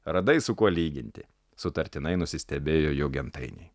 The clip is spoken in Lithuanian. radai su kuo lyginti sutartinai nusistebėjo jo gentainiai